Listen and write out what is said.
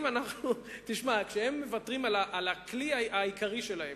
כשהם מוותרים על הכלי העיקרי שלהם,